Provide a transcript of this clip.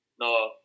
no